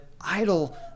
idle